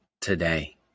today